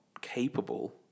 capable